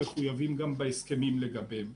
מחויבים גם בהסכמים לגביהן.